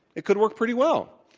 it could work pretty well.